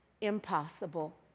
impossible